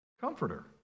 Comforter